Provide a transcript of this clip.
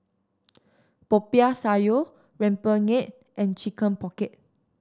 Popiah Sayur rempeyek and Chicken Pocket